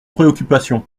préoccupation